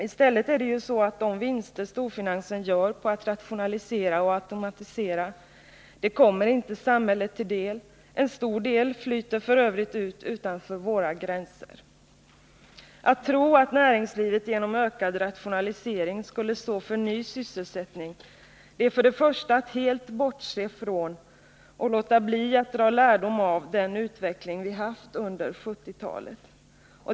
I stället är det ju så att de vinster storfinansen gör på att rationalisera och automatisera inte kommer samhället till del. En stor del flyter f. ö. ut utanför våra gränser. Att tro att näringslivet, genom ökad rationalisering, skulle stå för ny sysselsättning är för det första att helt bortse från och låta bli att dra lärdom av den utveckling vi haft under 1970-talet.